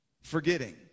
Forgetting